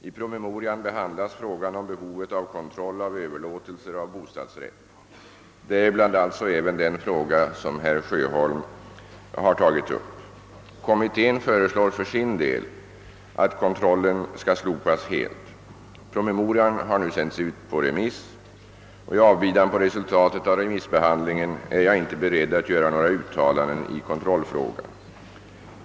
I promemorian behandlas frågan om behovet av kontroll av överlåtelser av bostadsrätt, däribland alltså även den fråga som herr Sjöholm nu har tagit upp. Kommittén föreslår för sin del att kontrollen skall slopas helt. Promemorian har nu sänts ut på remiss. I avbidan på resultatet av remissbehandlingen är jag inte beredd att göra några uttalanden i kontrollfrågan.